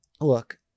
look